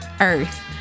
earth